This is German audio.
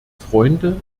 freunde